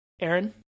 Aaron